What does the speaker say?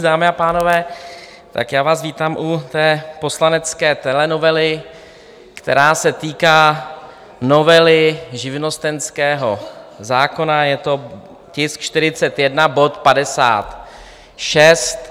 Dámy a pánové, já vás vítám u poslanecké telenovely, která se týká novely živnostenského zákona, je to tisk 41, bod 56.